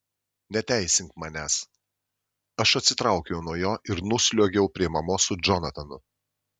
neteisink manęs aš atsitraukiau nuo jo ir nusliuogiau prie mamos su džonatanu